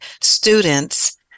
students